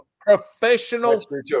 professional